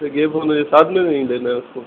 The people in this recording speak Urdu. ساتھ میں نہیں لینا ہے اس کو